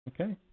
Okay